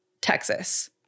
Texas